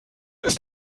ist